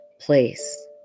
place